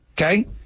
Okay